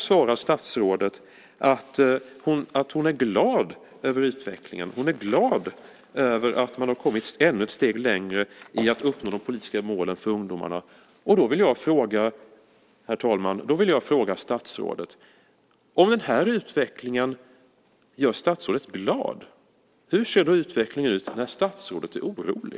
Statsrådet svarar att hon är glad över utvecklingen. Hon är glad över att man kommit ytterligare ett steg framåt när det gäller att uppnå de politiska målen för ungdomarna. Därför vill jag, herr talman, fråga statsrådet: Om den här utvecklingen gör statsrådet glad, hur ser då utvecklingen ut när statsrådet är orolig?